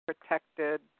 protected